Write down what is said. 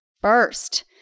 first